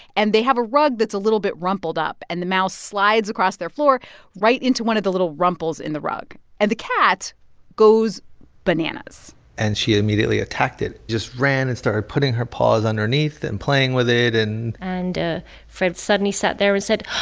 and they have a rug that's a little bit rumpled up. and the mouse slides across their floor right into one of the little rumples in the rug, and the cat goes bananas and she immediately attacked it just ran and started putting her paws underneath and playing with it and and ah fred suddenly sat there and said,